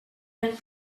had